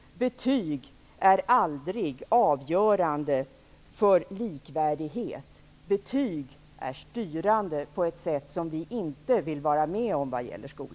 Betyg är aldrig avgörande för likvärdighet. Betyg är styrande vad gäller skolan på ett sätt som vi inte vill vara med om.